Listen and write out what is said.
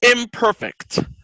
Imperfect